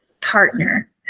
partner